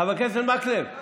חבר הכנסת מקלב,